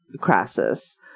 Crassus